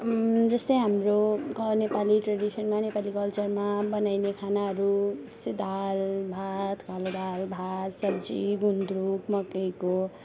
जस्तै हाम्रो घर नेपाली ट्रेडिसनमा नेपाली कल्चरमा बनाइने खानाहरू जस्तै दाल भात कालो दाल भात सब्जी गुन्द्रुक मकैको